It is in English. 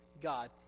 God